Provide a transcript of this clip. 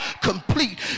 complete